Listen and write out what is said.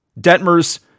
Detmer's